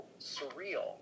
surreal